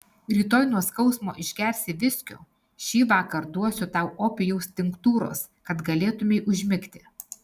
rytoj nuo skausmo išgersi viskio šįvakar duosiu tau opijaus tinktūros kad galėtumei užmigti